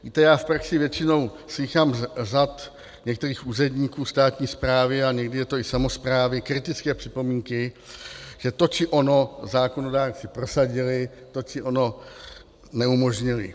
Víte, já v praxi většinou slýchám z řad některých úředníků státní správy a někdy i samosprávy kritické připomínky, že to či ono zákonodárci prosadili, to či ono neumožnili.